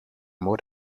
more